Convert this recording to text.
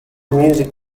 music